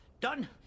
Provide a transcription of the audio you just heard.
Done